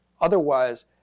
Otherwise